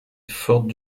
fortes